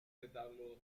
retablos